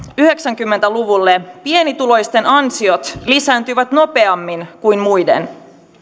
yhdeksänkymmentä luvulle pienituloisten ansiot lisääntyivät nopeammin kuin muiden